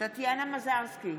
טטיאנה מזרסקי,